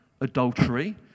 adultery